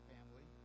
Family